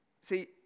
see